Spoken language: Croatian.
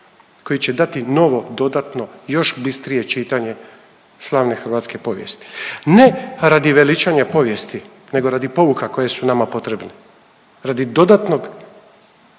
koje će dati novo dodatno još bistrije čitanje slavne hrvatske povijesti. Ne radi veličanja povijesti nego radi pouka koje su nama potrebne. Radi dodatnog